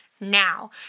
now